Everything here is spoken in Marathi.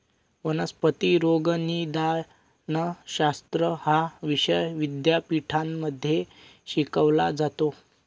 वनस्पती रोगनिदानशास्त्र हा विषय विद्यापीठांमध्ये शिकवला जातो